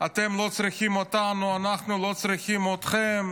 אתם לא צריכים אותנו, אנחנו לא צריכים אתכם.